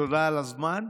תודה על הזמן,